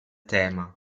tema